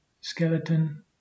skeleton